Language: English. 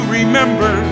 remember